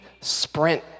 sprint